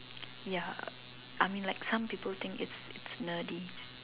ya I mean like some people think it's nerdy